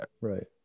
Right